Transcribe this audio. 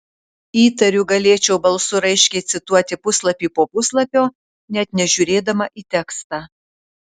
įtariu galėčiau balsu raiškiai cituoti puslapį po puslapio net nežiūrėdama į tekstą